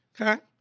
Okay